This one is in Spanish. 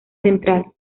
central